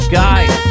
guys